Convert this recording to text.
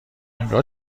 انگار